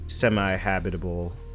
semi-habitable